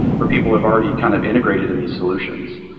where people have already kind of integrated in these solutions.